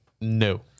No